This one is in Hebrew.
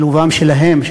שילובם שלהם,